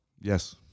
Yes